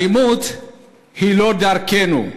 אלימות היא לא דרכנו,